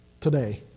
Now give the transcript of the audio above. today